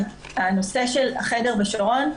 הנושא של החדר בשרון,